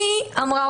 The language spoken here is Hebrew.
היא אמרה,